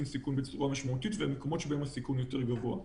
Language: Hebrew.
סיכון בצורה משמעותית ומקומות בהם הסיכון יותר גבוה,